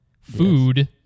food